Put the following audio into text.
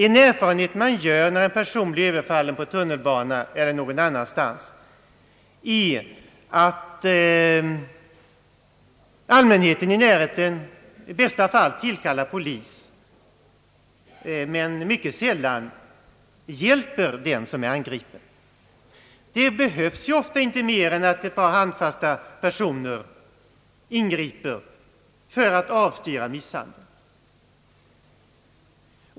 En erfarenhet mar gör när en person blir överfallen på tunnelbanan eller någon annanstans är att allmänheten i närheten i bästa fall tillkallar polis men mycket sällan hjälper den som är angripen. Det behövs ju ofta inte mer än att ett par handfasta personer ingriper för att avstyra misshandel.